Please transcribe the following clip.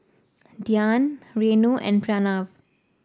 Dhyan Renu and Pranav